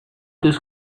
these